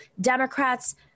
Democrats